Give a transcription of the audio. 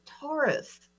Taurus